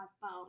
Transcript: phone